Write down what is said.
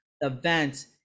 events